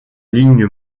ligne